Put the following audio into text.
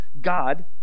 God